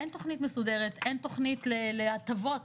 אין תוכנית מסודרת, אין תוגנית להטבות